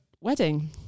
wedding